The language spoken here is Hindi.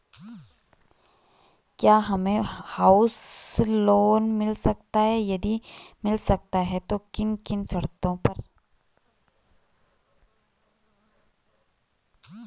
क्या हमें हाउस लोन मिल सकता है यदि मिल सकता है तो किन किन शर्तों पर?